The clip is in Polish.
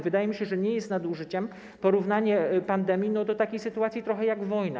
Wydaje mi się, że nie jest nadużyciem porównanie pandemii do takiej sytuacji jak wojna.